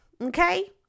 Okay